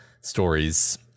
stories